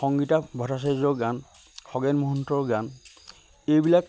সংগীতা ভট্টাচাৰ্যৰ গান খগেন মহন্তৰ গান এইবিলাক